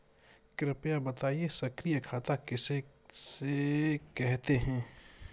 कृपया बताएँ सक्रिय खाता किसे कहते हैं?